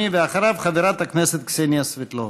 בבקשה, אדוני, ואחריו, חברת הכנסת קסניה סבטלובה.